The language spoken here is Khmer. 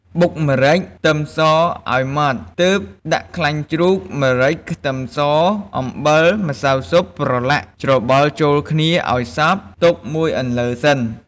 បុកម្រេច ខ្ទឹមសឱ្យម៉ដ្ឋ ទើបដាក់ខ្លាញ់ជ្រូក ម្រេច ខ្ទឹមស អំបិល ម្សៅស៊ុបប្រឡាក់ច្របល់ចូលគ្នាឱ្យសព្វ ទុកមួយអន្លើសិន។